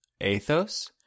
Athos